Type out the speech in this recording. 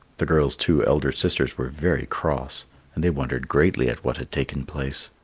the girl's two elder sisters were very cross and they wondered greatly at what had taken place.